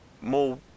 more